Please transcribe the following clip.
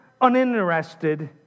uninterested